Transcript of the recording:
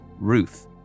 Ruth